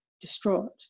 distraught